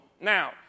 Now